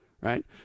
Right